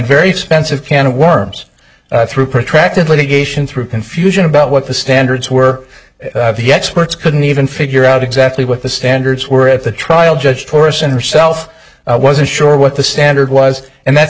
very expensive can of worms through protracted litigation through confusion about what the standards were of the expert couldn't even figure out exactly what the standards were at the trial judge horace and herself wasn't sure what the standard was and that's